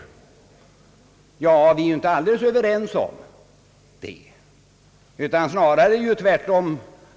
Den saken är vi väl inte alldeles överens om — snarare vill man ju